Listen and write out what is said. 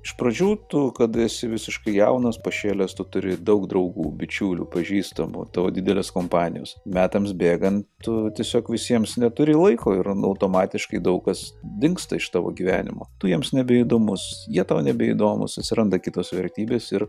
iš pradžių tu kada esi visiškai jaunas pašėlęs tu turi daug draugų bičiulių pažįstamų tavo didelės kompanijos metams bėgant tu tiesiog visiems neturi laiko ir na automatiškai daug kas dingsta iš tavo gyvenimo tu jiems nebeįdomus jie tau nebeįdomūs atsiranda kitos vertybės ir